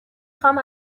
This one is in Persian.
خوام